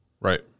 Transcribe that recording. right